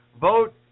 Vote